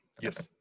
Yes